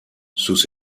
sus